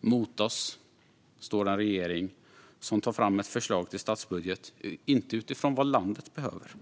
Mot oss står en regering som tar fram ett förslag till statsbudget inte utifrån vad landet behöver